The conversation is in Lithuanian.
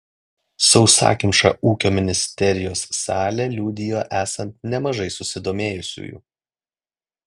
sausakimša ūkio ministerijos salė liudijo esant nemažai susidomėjusių